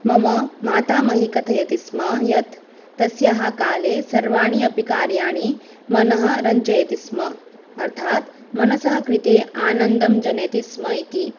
मम मातामही कथयति स्म यत् तस्याः काले सर्वाणि अपि कार्याणि मनः रञ्जयन्ति स्म अर्थात् मनसः कृते आनन्दं जनयन्ति स्म इति